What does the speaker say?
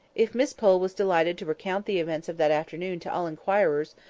if miss pole was delighted to recount the events of that afternoon to all inquirers,